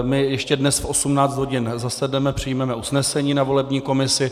My ještě dnes v 18 hodin zasedneme, přijmeme usnesení na volební komisi.